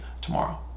tomorrow